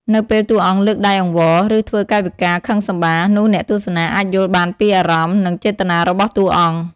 នៅពេលតួអង្គលើកដៃអង្វរ ឬធ្វើកាយវិការខឹងសម្បារ នោះអ្នកទស្សនាអាចយល់បានពីអារម្មណ៍ និងចេតនារបស់តួអង្គ។